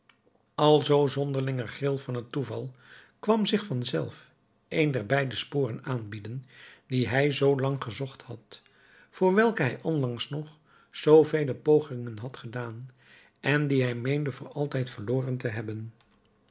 hem alzoo zonderlinge gril van het toeval kwam zich vanzelf een der beide sporen aanbieden die hij zoo lang gezocht had voor welke hij onlangs nog zoovele pogingen had gedaan en die hij meende voor altijd verloren te hebben